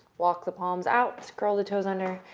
walk the palms out, scroll the toes under,